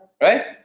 right